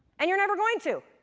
and you're never going to!